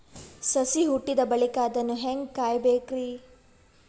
ಸಸಿ ಹುಟ್ಟಿದ ಬಳಿಕ ಅದನ್ನು ಹೇಂಗ ಕಾಯಬೇಕಿರಿ?